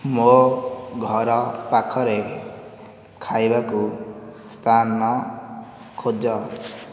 ମୋ ଘର ପାଖରେ ଖାଇବାକୁ ସ୍ଥାନ ଖୋଜ